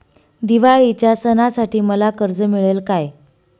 दिवाळीच्या सणासाठी मला कर्ज मिळेल काय?